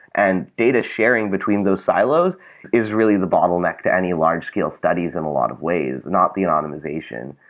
and data sharing between those silos is really the bottleneck to any large-scale studies in a lot of ways, not the anonymization.